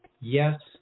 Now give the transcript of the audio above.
yes